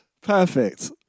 Perfect